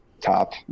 top